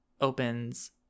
opens